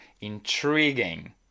intriguing